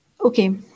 Okay